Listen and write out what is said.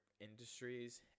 industries